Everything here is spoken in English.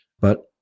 but-